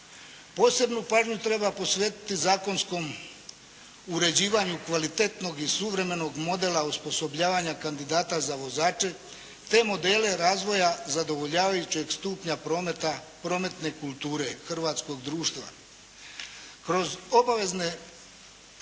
Posebnu pažnju treba posvetiti zakonskom uređivanju kvalitetnog i suvremenog modela osposobljavanja kandidata za vozače, te modele razvoja zadovoljavajućeg stupnja prometa, prometne kulture hrvatskog društva. Kroz obavezne